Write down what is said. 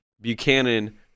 Buchanan